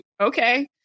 Okay